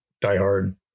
diehard